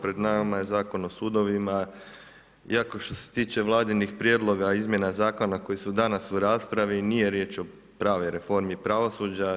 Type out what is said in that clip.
Pred nama je Zakon o sudovima, iako što se tiče vladinih prijedlog izmjena zakona koji su danas u raspravi nije riječ o pravoj reformi pravosuđa.